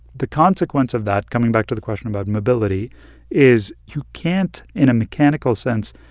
the consequence of that coming back to the question about mobility is you can't, in a mechanical sense,